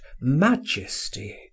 majesty